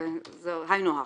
זה היינו הך.